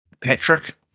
patrick